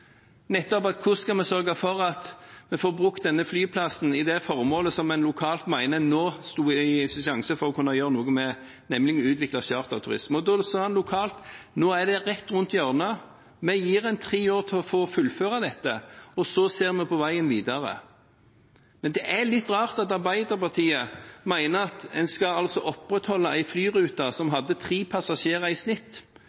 nettopp for å utvikle charterturisme i dette området. Det var jo også en del av den debatten vi hadde i fjor, hvordan vi skal sørge for at vi får brukt denne flyplassen til det formålet som en nå lokalt mener en har en sjanse til å gjøre noe med, nemlig å utvikle charterturisme. Da sa en lokalt at det var rett rundt hjørnet. Vi gir en tre år til å fullføre dette, og så ser vi på veien videre. Men det er litt rart at Arbeiderpartiet mener at en skal opprettholde